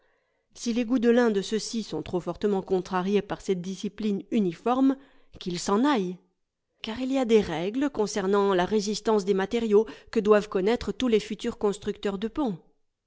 si les goûts de l'un de ceux-ci sont trop fortement contrariés par cette discipline uniforme qu'il s'en aille car il y a des règles concernant la résistance des matériaux que doivent connaître tous les futurs constructeurs de ponts